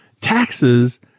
taxes